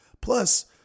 Plus